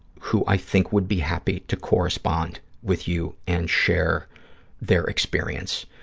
who i think would be happy to correspond with you and share their experience,